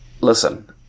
listen